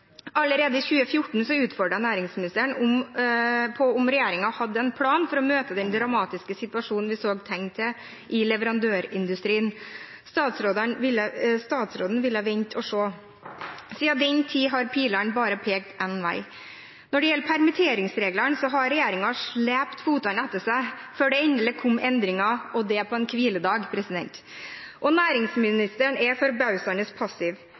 Allerede i 2014 utfordret jeg næringsministeren på om regjeringen hadde en plan for å møte den dramatiske situasjonen vi så tegn til i leverandørindustrien. Statsråden ville vente og se. Siden den tid har pilene bare pekt én vei. Når det gjelder permitteringsreglene, har regjeringen slept føttene etter seg før det endelig kom endringer, og det på en hviledag. Næringsministeren er forbausende passiv. Hvor blir det av industrimeldingen Stortinget bestilte for